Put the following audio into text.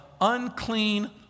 unclean